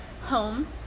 home